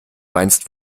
meinst